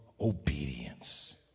obedience